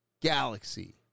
galaxy